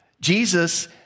Jesus